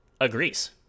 agrees